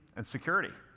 and security.